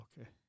Okay